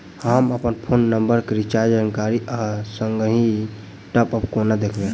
हम अप्पन phone number केँ रिचार्जक जानकारी आ संगहि टॉप अप कोना देखबै?